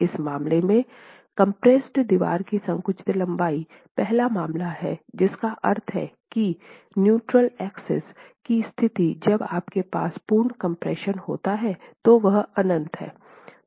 इस मामले में कंप्रेस्ड दीवार की संकुचित लंबाई पहला मामला जो है जिसका अर्थ है कि न्यूट्रल एक्सिस की स्थिति जब आपके पास पूर्ण कम्प्रेशन होता है तो वह अनंत है